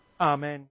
Amen